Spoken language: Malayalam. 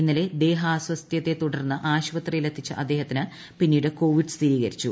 ഇന്നല്ലെ ദേഹാസ്ഥ്യത്തെ തുടർന്ന് ആശുപത്രിയിലെത്തിച്ച അദ്ദേഹ്ത്തിന് പിന്നീട് കോവിഡ് സ്ഥിരീകരിച്ചു